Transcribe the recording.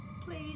Please